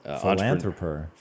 philanthropist